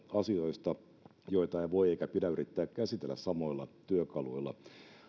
asioista joita ei voi eikä pidä yrittää käsitellä samoilla työkaluilla